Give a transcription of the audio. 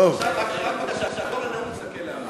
עכשיו כל הנאום תסתכל על עמיר.